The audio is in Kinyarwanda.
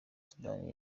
sudani